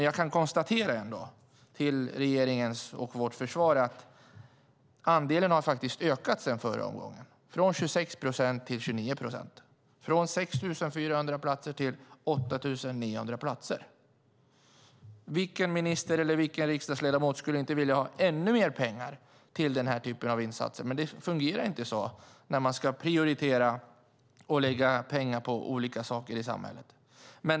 Jag kan till regeringens och vårt försvar konstatera att andelen har ökat sedan förra omgången från 26 procent till 29 procent och från 6 400 platser till 8 900 platser. Vilken minister eller vilken riksdagsledamot skulle inte vilja ha ännu mer pengar till den här typen av insatser? Men det fungerar inte så när man ska prioritera och lägga pengar på olika saker i samhället.